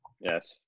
Yes